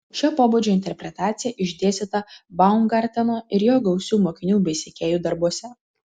šio pobūdžio interpretacija išdėstyta baumgarteno ir jo gausių mokinių bei sekėjų darbuose